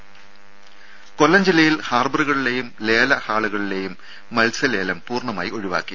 രുര കൊല്ലം ജില്ലയിൽ ഹാർബറുകളിലേയും ലേല ഹാളുകളിലേയും മത്സ്യ ലേലം പൂർണമായി ഒഴിവാക്കി